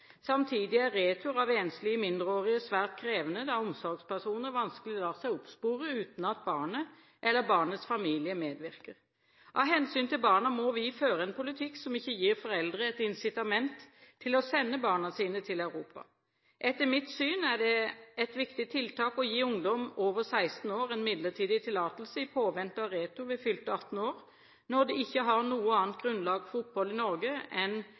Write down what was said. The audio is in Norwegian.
Samtidig er retur av enslige mindreårige svært krevende, da omsorgspersoner vanskelig lar seg oppspore uten at barnet eller barnets familie medvirker. Av hensyn til barna må vi føre en politikk som ikke gir foreldre et incitament til å sende barna sine til Europa. Etter mitt syn er det et viktig tiltak å gi ungdom over 16 år en midlertidig tillatelse i påvente av retur ved fylte 18 år, når de ikke har noe annet grunnlag for opphold i Norge enn